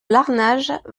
larnage